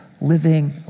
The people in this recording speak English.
living